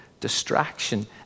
Distraction